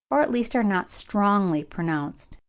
or at least are not strongly pronounced,